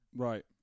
Right